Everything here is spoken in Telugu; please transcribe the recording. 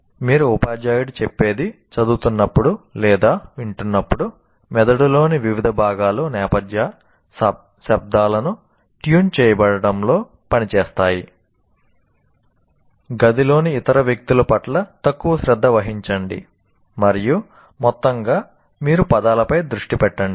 మీరు ఉపాధ్యాయుడు చెప్పేది చదువుతున్నప్పుడు లేదా వింటున్నప్పుడు మెదడులోని వివిధ భాగాలు నేపథ్య శబ్దాలను ట్యూన్ చేయడంలో పనిచేస్తున్నాయి గదిలోని ఇతర వ్యక్తుల పట్ల తక్కువ శ్రద్ధ వహించండి మరియు మొత్తంగా మీరు పదాలపై దృష్టి పెట్టండి